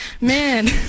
Man